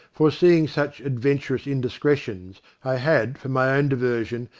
foreseeing such adventurous indiscre tions, i had, for my own diversion,